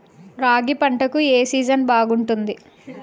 రాగి పంటకు, ఏ సీజన్ బాగుంటుంది?